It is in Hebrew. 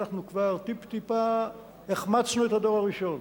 ואנחנו כבר טיפ-טיפה החמצנו את הדור הראשון.